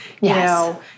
Yes